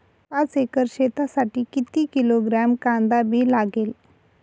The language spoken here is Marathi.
पाच एकर शेतासाठी किती किलोग्रॅम कांदा बी लागेल?